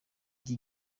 iki